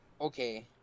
okay